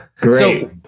Great